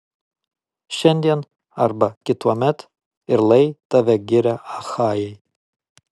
šiandien arba kituomet ir lai tave giria achajai